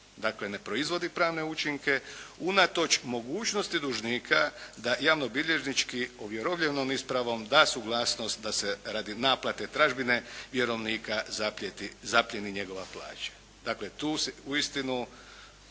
Dakle ne proizvodi pravne učinke unatoč mogućnosti dužnika da javnobilježnički ovjerovljenom ispravom da suglasnost da se radi naplate tražbine vjerovnika zaplijeni njegova plaća. Dakle tu uistinu